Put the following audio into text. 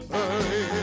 Early